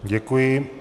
Děkuji.